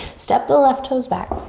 step the left toes back,